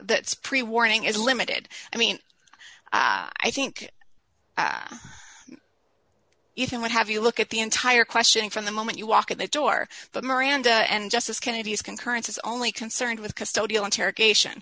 that's pre warning is limited i mean i think you can what have you look at the entire question from the moment you walk in that door but miranda and justice kennedy's concurrence is only concerned with custodial interrogation